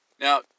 Now